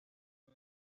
uno